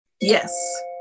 Yes